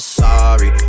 sorry